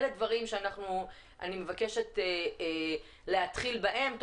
אלה דברים שאני מבקשת להתחיל בהם,